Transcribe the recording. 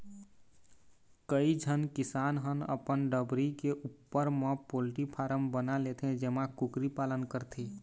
कइझन किसान ह अपन डबरी के उप्पर म पोल्टी फारम बना लेथे जेमा कुकरी पालन करथे